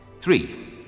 Three